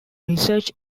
research